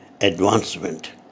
advancement